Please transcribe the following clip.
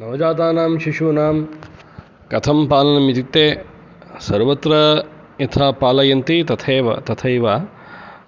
नवजातानां शिशूनां कथं पालनम् इत्युक्ते सर्वत्र यथा पालयन्ति तथैव तथैव